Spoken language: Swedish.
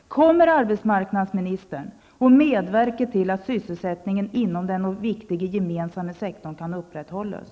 Kommer arbetsmarknadsministern att medverka till att sysselsättningen inom den viktiga gemensamma sektorn kan upprätthållas?